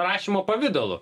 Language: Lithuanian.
rašymo pavidalu